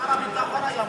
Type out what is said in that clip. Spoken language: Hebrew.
שר הביטחון היה מוזמן.